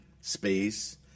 space